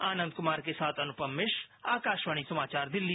आनंद कुमार के साथ अनुपम मिश्र आकाशवाणी समाचार दिल्ली